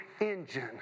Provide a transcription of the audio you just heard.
engine